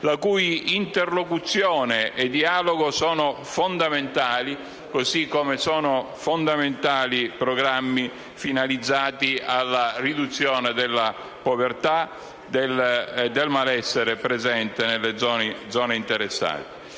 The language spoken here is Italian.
la cui interlocuzione e dialogo sono fondamentali. Così come sono fondamentali programmi finalizzati alla riduzione della povertà e del malessere presenti nelle zone interessate;